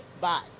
Bye